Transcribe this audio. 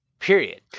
Period